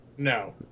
No